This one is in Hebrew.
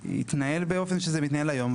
זה יתנהל באופן שזה מתנהל היום,